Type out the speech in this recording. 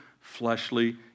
fleshly